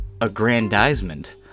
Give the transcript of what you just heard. aggrandizement